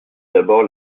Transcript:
d’abord